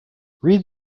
read